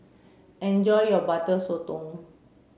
enjoy your butter sotong